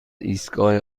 ایستگاه